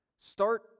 start